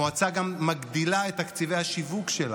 המועצה גם מגדילה את תקציבי השיווק שלה: